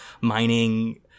mining